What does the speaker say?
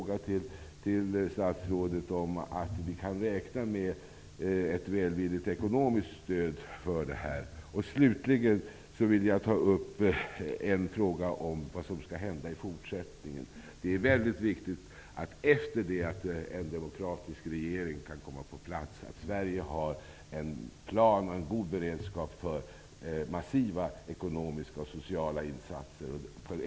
Slutligen vill jag ta upp frågan om vad som skall hända i fortsättningen. Det är väldigt viktigt att Sverige har en plan och en god beredskap för att sätta in massiva ekonomiska och sociala insatser efter det att en demokratisk regering har kommit på plats.